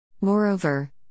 Moreover